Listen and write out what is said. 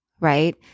right